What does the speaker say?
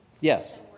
Yes